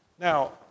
Now